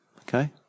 Okay